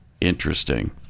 Interesting